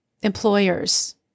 employers